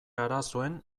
arazoen